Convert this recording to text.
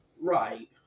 Right